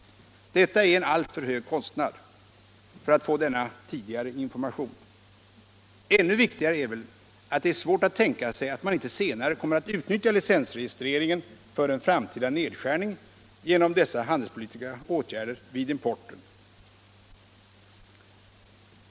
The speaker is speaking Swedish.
Detta är en alltför hög kostnad för att få denna tidigare information. Ännu viktigare är väl att det är svårt att tänka sig att man inte senare kommer att utnyttja licensregistreringen för framtida nedskärning genom dessa handelspolitiska åtgärder vid importen.